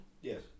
Yes